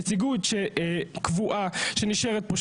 נציגות קבועה שנשארת פה,